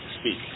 speak